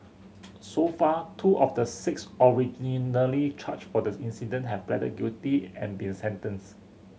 so far two of the six originally charged for the incident have pleaded guilty and been a sentenced